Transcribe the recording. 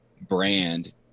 brand